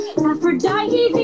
Aphrodite